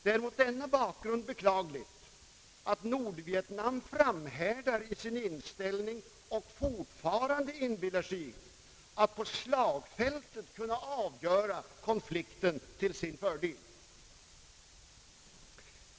Det är mot denna bakgrund beklagligt, att Nordvietnam framhärdar i sin inställning och fortfarande inbillar sig att på slagfältet kunna avgöra konflikten till sin fördel.